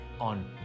on